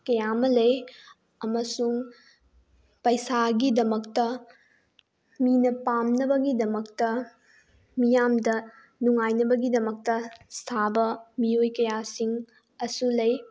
ꯀꯌꯥ ꯑꯃ ꯂꯩ ꯑꯃꯁꯨꯡ ꯄꯩꯁꯥꯒꯤꯗꯃꯛꯇ ꯃꯤꯅ ꯄꯥꯝꯅꯕꯒꯤꯗꯃꯛꯇ ꯃꯤꯌꯥꯝꯗ ꯅꯨꯡꯉꯥꯏꯅꯕꯒꯤꯗꯃꯛꯇ ꯁꯥꯕ ꯃꯤꯑꯣꯏ ꯀꯌꯥꯁꯤꯡ ꯑꯁꯨ ꯂꯩ